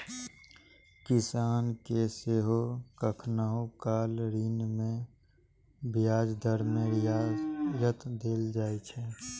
किसान कें सेहो कखनहुं काल ऋण मे ब्याज दर मे रियायत देल जाइ छै